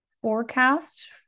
Forecast